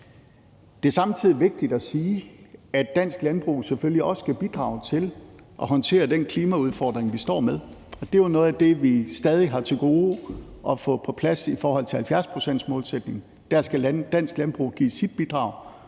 Det er samtidig vigtigt at sige, at dansk landbrug selvfølgelig også skal bidrage til at håndtere den klimaudfordring, vi står med. Det er jo noget af det, vi stadig har til gode at få på plads i forhold til 70-procentsmålsætningen. Der skal dansk landbrug give sit bidrag,